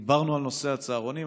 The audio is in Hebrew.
ודיברנו על נושא הצהרונים.